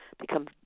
become